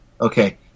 Okay